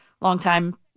longtime